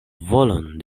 volon